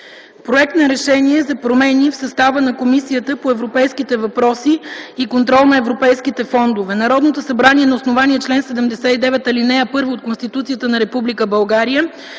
„Проект за РЕШЕНИЕ за промени в състава на Комисията по европейските въпроси и контрол на европейските фондове Народното събрание на основание чл. 79, ал. 1 от Конституцията на Република България